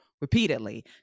repeatedly